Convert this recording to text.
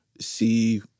see